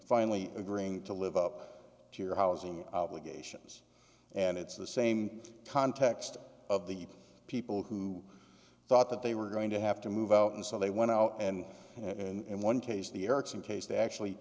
finally agreeing to live up to your housing geishas and it's the same context of the people who thought that they were going to have to move out and so they went out and and one case the erickson case they actually